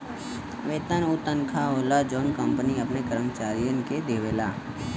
वेतन उ तनखा होला जौन कंपनी अपने कर्मचारियन के देवला